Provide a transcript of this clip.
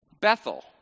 Bethel